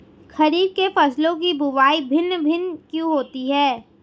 खरीफ के फसलों की बुवाई भिन्न भिन्न क्यों होती है?